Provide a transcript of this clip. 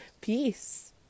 Peace